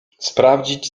sprawdzić